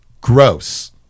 gross